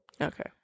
Okay